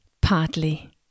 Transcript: partly